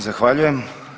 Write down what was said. Zahvaljujem.